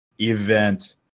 event